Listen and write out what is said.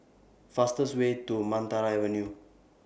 fastest Way to Maranta Avenue